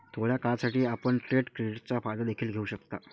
थोड्या काळासाठी, आपण ट्रेड क्रेडिटचा फायदा देखील घेऊ शकता